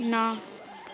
ਨਾ